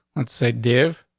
let's say dev,